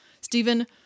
Stephen